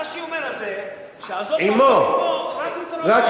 רש"י אומר על זה שעזוב תעזוב עמו רק אם, עמו.